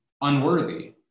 unworthy